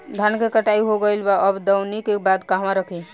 धान के कटाई हो गइल बा अब दवनि के बाद कहवा रखी?